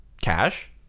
cash